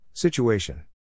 Situation